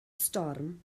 storm